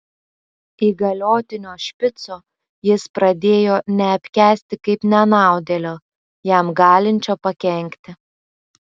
įgaliotinio špico jis pradėjo neapkęsti kaip nenaudėlio jam galinčio pakenkti